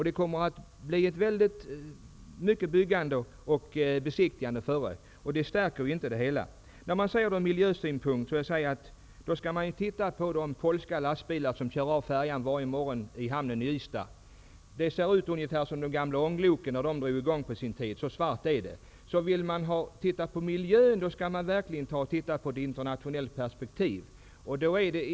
Det kommer att bli mycket byggande och besiktigande före årsskiftet, något som inte gör det hela bättre. Om man skall se det hela från miljösynpunkt, borde man också beakta de polska lastbilar som varje morgon kör av färjan i hamnen i Ystad. Då ser det ut som när de gamla ångloken på sin tid drog i gång maskinerna. Så svart är det i luften. Vill man ta hänsyn till miljön, skall det göras utifrån ett internationellt perspektiv.